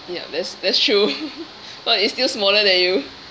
ya that's that's true but it's still smaller than you